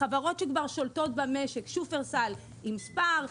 חברות שכבר שולטות במשק: שופרסל עם ספאר,